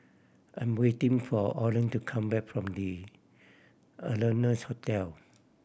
I'm waiting for Orland to come back from The Ardennes Hotel